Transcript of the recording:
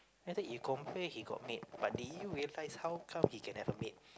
lets say if complain he got maid but did you realise how come he can have a maid